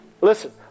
listen